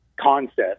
concept